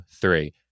three